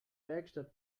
werkstatt